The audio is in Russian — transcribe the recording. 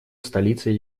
столицей